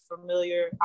familiar